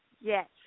Yes